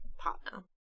partner